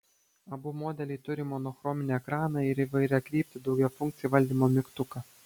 abu modeliai turi monochrominį ekraną ir įvairiakryptį daugiafunkcį valdymo mygtuką